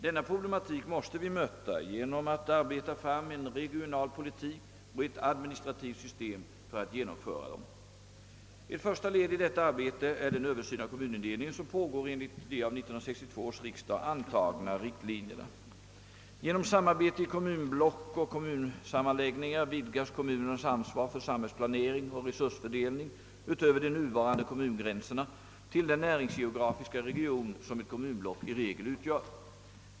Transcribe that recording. Denna problematik måste vi möta genom att arbeta fram en regional politik och ett administrativt system för att genomföra den. Ett första led i detta arbete är den översyn av kommunindelningen som pågår enligt de av 1962 års riksdag antagna riktlinjerna. Genom samarbete i kommunblock och kommunsammanläggningar vidgas kommunernas ansvar för samhällsplanering och resursfördelning utöver de nuvarande kommungränserna till den näringsgeografiska region, som ett kommunblock i regel utgör.